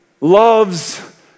loves